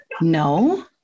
no